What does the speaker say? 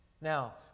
Now